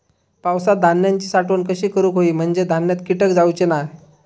पावसात धान्यांची साठवण कशी करूक होई म्हंजे धान्यात कीटक जाउचे नाय?